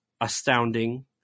astounding